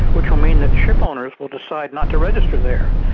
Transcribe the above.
which will mean that shipowners will decide not to register there,